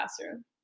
classroom